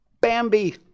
Bambi